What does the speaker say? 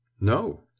No